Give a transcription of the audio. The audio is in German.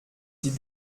sie